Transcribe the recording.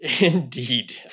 Indeed